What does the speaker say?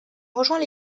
rejoint